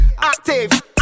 Active